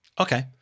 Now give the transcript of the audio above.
Okay